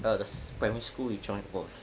err the primary school he joined was